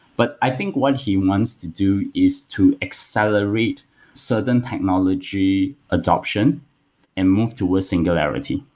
but i think what he wants to do is to accelerate certain technology adoption and moves towards singularity.